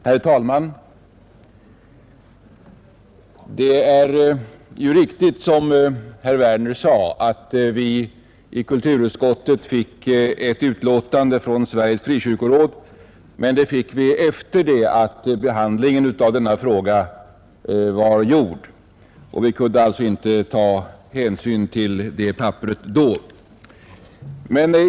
Herr talman! Det är ju riktigt som herr Werner sade, att vi i kulturutskottet fick ett utlåtande från Sveriges frikyrkoråd, men det kom efter det att behandlingen i denna fråga var genomförd och vi kunde alltså inte ta hänsyn till det utlåtandet då.